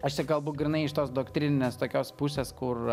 aš čia kalbu grynai iš tos doktrininės tokios pusės kur